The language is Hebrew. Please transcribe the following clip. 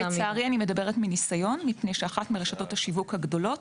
לצערי אני מדברת מניסיון כי אחת מרשתות השיווק הגדולות